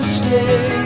stay